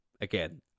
again